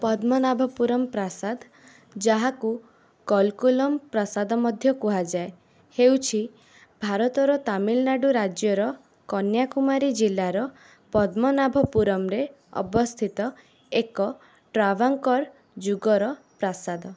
ପଦ୍ମନାଭପୁରମ ପ୍ରାସାଦ ଯାହାକୁ କଲ୍କୁଲମ ପ୍ରାସାଦ ମଧ୍ୟ କୁହାଯାଏ ହେଉଛି ଭାରତର ତାମିଲନାଡ଼ୁ ରାଜ୍ୟର କନ୍ୟାକୁମାରୀ ଜିଲ୍ଲାର ପଦ୍ମନାଭପୁରମରେ ଅବସ୍ଥିତ ଏକ ଟ୍ରାଭାଙ୍କୋର ଯୁଗର ପ୍ରାସାଦ